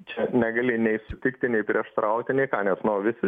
čia negali nei sutikti nei prieštarauti nei ką nes nu visi